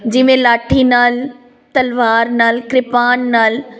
ਜਿਵੇਂ ਲਾਠੀ ਨਾਲ ਤਲਵਾਰ ਨਾਲ ਕਿਰਪਾਨ ਨਾਲ